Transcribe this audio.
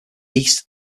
east